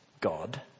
God